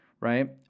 right